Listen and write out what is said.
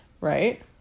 right